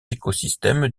écosystèmes